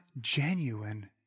genuine